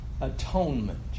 atonement